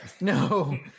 No